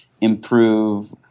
improve